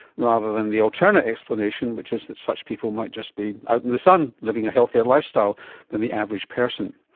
rather than the alternate explanation which is that such people might just be out in the sun, living a healthier lifestyle than the average person.